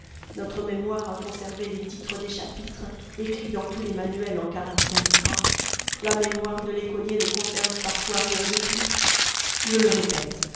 notre mémoire a conservé les titres des chapitres écrits dans tous les manuels en caractères gras la mémoire de l'écolier ne conserve parfois rien de plus je le répète